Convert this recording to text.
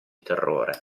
terrore